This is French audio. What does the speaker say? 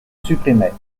supprimait